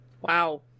wow